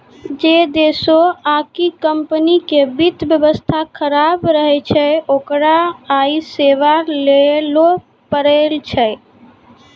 जै देशो आकि कम्पनी के वित्त व्यवस्था खराब रहै छै ओकरा इ सेबा लैये ल पड़ै छै